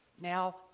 now